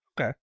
Okay